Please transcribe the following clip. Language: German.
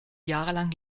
jahrelang